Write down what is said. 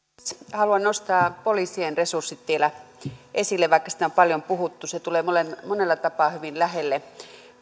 haluan nostaa poliisien resurssit vielä esille vaikka niistä on paljon puhuttu se tulee monella monella tapaa hyvin lähelle